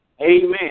Amen